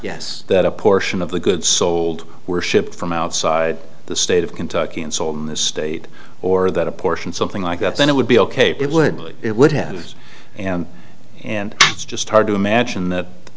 yes that a portion of the goods sold were shipped from outside the state of kentucky and sold in this state or that a portion something like that then it would be ok it would it would have and it's just hard to imagine that